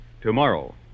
tomorrow